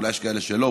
אולי יש כאלה שלא,